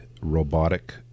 robotic